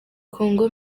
kongo